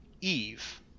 eve